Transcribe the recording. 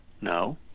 No